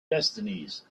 destinies